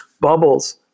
bubbles